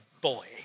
boy